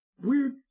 Weird